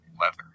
leather